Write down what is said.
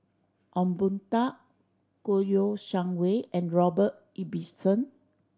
Ong Boon Tat Kouo Shang Wei and Robert Ibbetson